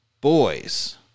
boys –